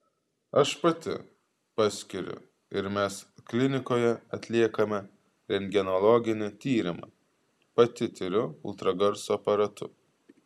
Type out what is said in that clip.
aš pati paskiriu ir mes klinikoje atliekame rentgenologinį tyrimą pati tiriu ultragarso aparatu